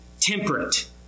temperate